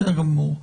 בסדר גמור.